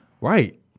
Right